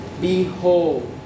Behold